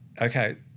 okay